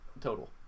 total